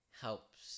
helps